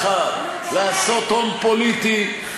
ואתה לא נותן תשובות למליאה.